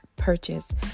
Purchase